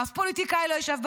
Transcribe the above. אף פוליטיקאי לא ישב בוועדה.